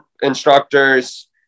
instructors